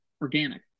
organic